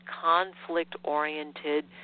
conflict-oriented